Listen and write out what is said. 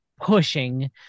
pushing